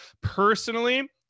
Personally